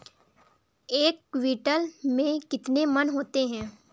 एक क्विंटल में कितने मन होते हैं?